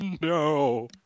no